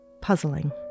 puzzling